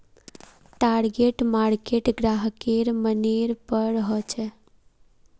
target market ग्राहकेर मनेर पर हछेक